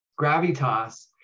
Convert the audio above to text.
gravitas